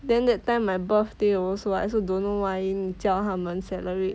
then that time my birthday also I also don't know why 你叫他们 celebrate